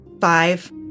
Five